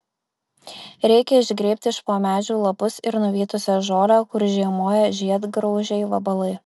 reikia išgrėbti iš po medžių lapus ir nuvytusią žolę kur žiemoja žiedgraužiai vabalai